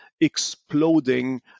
exploding